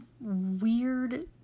weird